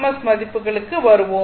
S மதிப்புகளுக்கு வருவோம்